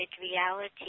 reality